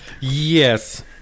Yes